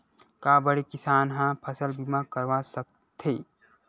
का बड़े किसान ह फसल बीमा करवा सकथे?